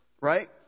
Right